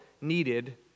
needed